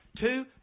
Two